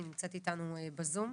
היא נמצאת איתנו בזום.